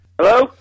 Hello